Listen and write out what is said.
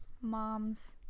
Moms